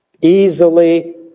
easily